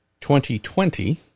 2020